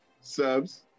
subs